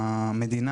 המדינה,